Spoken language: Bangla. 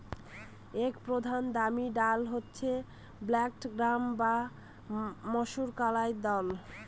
এক প্রধান দামি ডাল হচ্ছে ব্ল্যাক গ্রাম বা মাষকলাইর দল